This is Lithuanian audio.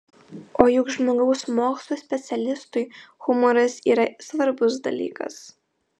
o juk žmogaus mokslų specialistui humoras yra svarbus dalykas